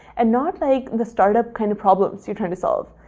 and not like the start up kind of problems you're trying to solve.